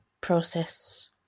process